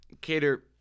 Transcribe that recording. Cater